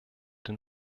den